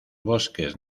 bosques